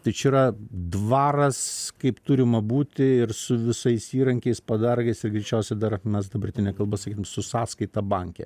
tai čia yra dvaras kaip turima būti ir su visais įrankiais padargais ir greičiausiai dar mes dabartine kalba sakytum su sąskaita banke